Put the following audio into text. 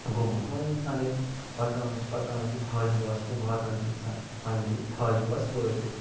گوٚمُت وۄنۍ اِنسان ییٚلہِ پَکان چھِ پَکان چھِ تھاجواس کُن واتان چھِ اِنسان فاینٔلی تھاجِواس وٲتہِ